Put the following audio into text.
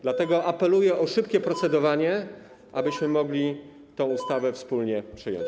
Dlatego apeluję o szybkie procedowanie, abyśmy mogli tę ustawę wspólnie przyjąć.